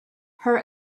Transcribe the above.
her